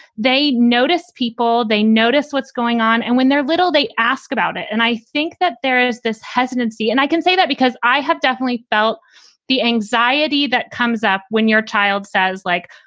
they notice people, they notice what's going on. and when they're little, they ask about it. and i think that there is this hesitancy, and i can say that because i have definitely felt the anxiety that comes up when your child says, like,